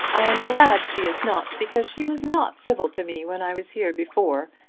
i am glad she is not, because she was not civil to me when i was here before.